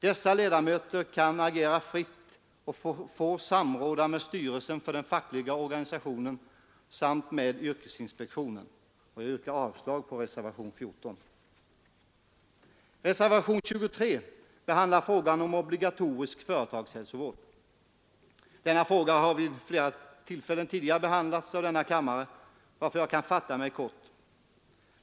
Dessa ledamöter kan agera fritt och får samråda med styrelsen för den fackliga organisationen samt med yrkesinspektionen. Jag yrkar avslag på reservationen 14. Reservationen 23 behandlar frågan om obligatorisk företagshälsovård. Denna fråga har vid flera tillfällen tidigare behandlats av denna kammare, varför jag kan fatta mig kort.